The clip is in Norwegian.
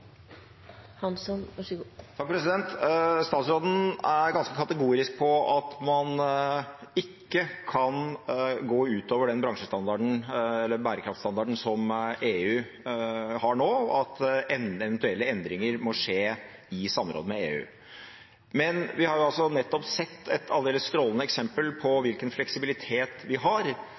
ganske kategorisk på at man ikke kan gå utover den bærekraftsstandarden som EU har nå, at eventuelle endringer må skje i samråd med EU. Vi har altså nettopp sett et aldeles strålende eksempel på hvilken fleksibilitet vi har,